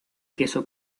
queso